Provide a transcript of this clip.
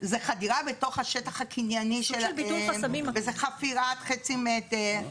זו חדירה לתוך השטח הקנייני, וזה חפירת חצי מטר.